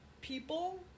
people